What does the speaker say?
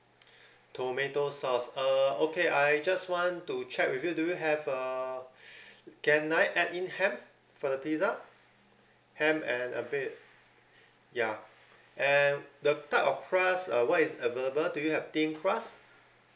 tomato sauce uh okay I just want to check with you do you have uh can I add in ham for the pizza ham and a bit ya and the type of crust uh what is available do you have thin crust